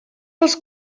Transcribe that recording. els